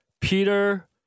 Peter